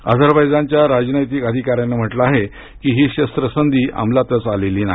Azerbaijan च्या राजनैतिक अधिकाऱ्यान म्हटलं आहे की ही शस्त्रसंधी अमलातच आलेली नाही